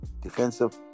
defensive